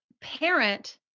parent